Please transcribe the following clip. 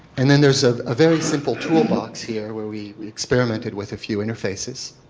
and then there is ah a very simple tool box here where we experimented with a few interfaces.